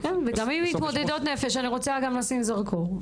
גם עם מתמודדות נפש, אני רוצה לשים זרקור.